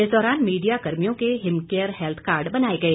इस दौरान मीडिया कर्मियों के हिमकेयर हैल्थ कार्ड बनाए गए